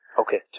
Okay